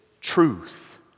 truth